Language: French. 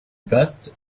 vaste